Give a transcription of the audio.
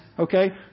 Okay